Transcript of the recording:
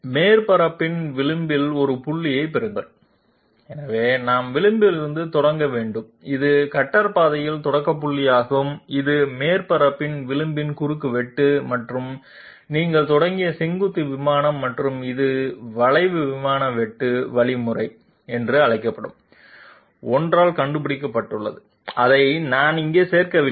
மேற்பரப்பின் விளிம்பில் ஒரு புள்ளியைப் பெறுங்கள் எனவே நாம் விளிம்பிலிருந்து தொடங்க வேண்டும் இது கட்டர் பாதையின் தொடக்க புள்ளியாகும் இது மேற்பரப்பின் விளிம்பின் குறுக்குவெட்டு மற்றும் நீங்கள் தொடங்கிய செங்குத்து விமானம் மற்றும் இது வளைவு விமானம் வெட்டும் வழிமுறை என்று அழைக்கப்படும் ஒன்றால் கண்டுபிடிக்கப்பட்டுள்ளது அதை நான் இங்கு சேர்க்கவில்லை